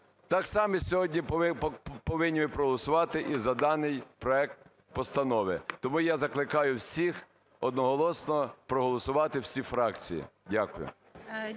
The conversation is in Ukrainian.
так само сьогодні повинні ми проголосувати і за даний проект постанови. Тому я закликаю всіх одноголосно проголосувати, всі фракції. Дякую.